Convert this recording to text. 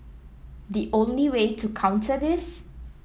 the only way to counter this